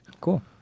Cool